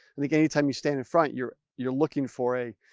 i think anytime, you stand in front you're you're looking for a,